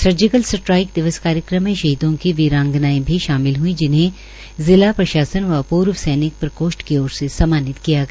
surgical strike दिवस कार्यक्रम में शहीदों की वीरांगनाओं भी शामिल हुई जिन्हें प्रशासन व पूर्व सैनिक प्रकोष्ठ की और से सम्मानित किया गया